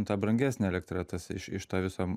ta brangesnė elektra tas iš iš to viso